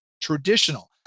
traditional